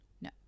No